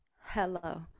Hello